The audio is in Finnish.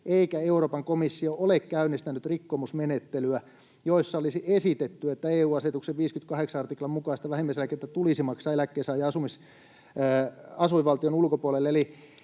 eikä Euroopan komissio ole käynnistänyt rikkomusmenettelyjä, joissa olisi esitetty, että EU-asetuksen 58 artiklan mukaista vähimmäiseläkettä tulisi maksaa eläkkeensaajan asuinvaltion ulkopuolelle.”